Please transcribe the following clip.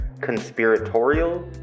conspiratorial